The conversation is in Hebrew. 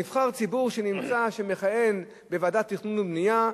נבחר ציבור שמכהן בוועדה לתכנון ובנייה,